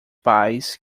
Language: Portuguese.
pais